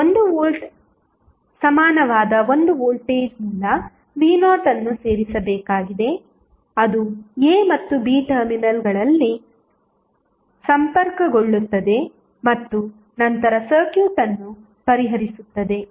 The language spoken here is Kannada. ನಾವು 1 ವೋಲ್ಟ್ಗೆ ಸಮಾನವಾದ ಒಂದು ವೋಲ್ಟೇಜ್ ಮೂಲ v0 ಅನ್ನು ಸೇರಿಸಬೇಕಾಗಿದೆ ಅದು a ಮತ್ತು b ಟರ್ಮಿನಲ್ಗಳಲ್ಲಿ ಸಂಪರ್ಕಗೊಳ್ಳುತ್ತದೆ ಮತ್ತು ನಂತರ ಸರ್ಕ್ಯೂಟ್ ಅನ್ನು ಪರಿಹರಿಸುತ್ತದೆ